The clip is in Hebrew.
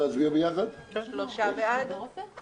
יעקב אשר (יו"ר ועדת החוקה,